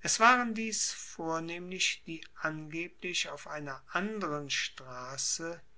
es waren dies vornehmlich die angeblich auf einer anderen strasse